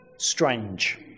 Strange